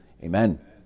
Amen